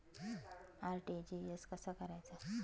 RTGS कसा करायचा?